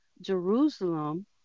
Jerusalem